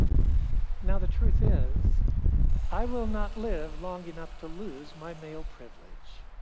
now, the truth is i will not live long enough to lose my male privilege.